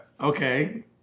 Okay